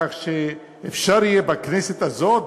כך שאפשר יהיה בכנסת הזאת,